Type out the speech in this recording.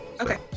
okay